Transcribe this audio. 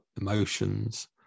emotions